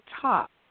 top